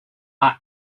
are